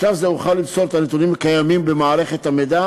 בשלב זה אוכל למסור את הנתונים הקיימים במערכת המידע